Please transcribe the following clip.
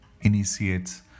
initiates